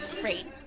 Great